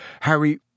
Harry